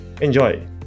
Enjoy